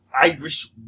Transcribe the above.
Irish